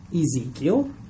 Ezekiel